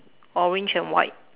orange and white